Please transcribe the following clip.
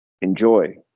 enjoy